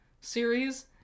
series